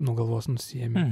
nuo galvos nusiėmė